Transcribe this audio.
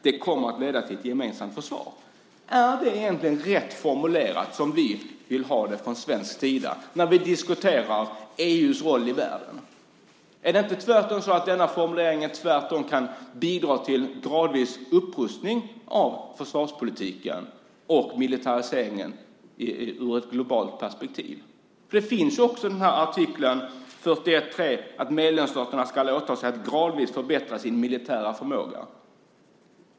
Det kommer att leda till ett gemensamt försvar. Är det egentligen rätt formulerat och som vi vill ha det från svensk sida när vi diskuterar EU:s roll i världen? Är det inte så att denna formulering tvärtom kan bidra till en gradvis upprustning av försvarspolitiken och militariseringen ur ett globalt perspektiv? Det finns också artikel 41.3 att medlemsstaterna ska åta sig att gradvis förbättra sin militära förmåga.